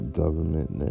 government